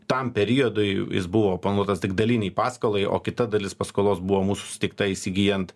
tam periodui jis buvo planuotas tik dalinei paskolai o kita dalis paskolos buvo mūsų tiktai įsigyjant